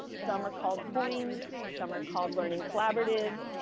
some are called coins, some are called learning collaboratives,